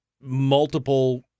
multiple